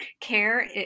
care